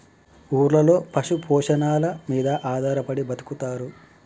ఊర్లలో పశు పోషణల మీద ఆధారపడి బతుకుతారు